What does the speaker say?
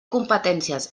competències